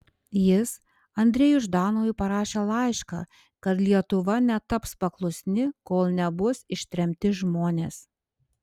jis andrejui ždanovui parašė laišką kad lietuva netaps paklusni kol nebus ištremti žmonės